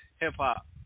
Hip-hop